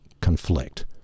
conflict